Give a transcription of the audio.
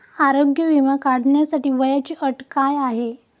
आरोग्य विमा काढण्यासाठी वयाची अट काय आहे?